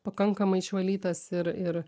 pakankamai išvalytas ir ir